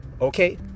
okay